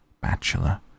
bachelor